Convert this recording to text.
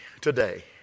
today